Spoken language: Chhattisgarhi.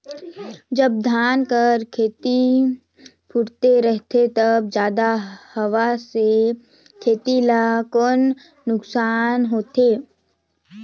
जब धान कर खेती फुटथे रहथे तब जादा हवा से खेती ला कौन नुकसान होथे?